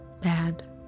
bad